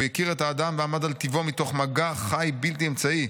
הוא הכיר את האדם ועמד על טיבו מתוך מגע חי ובלתי אמצעי.